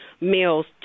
meals